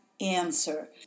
answer